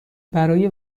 برای